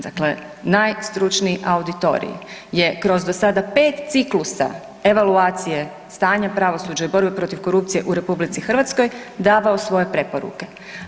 Dakle, najstručniji auditorij je kroz do sada 5 ciklusa evaluacije stanja pravosuđa i borbe protiv korupcije u RH davao svoje preporuke.